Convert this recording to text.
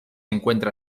encuentra